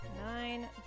nine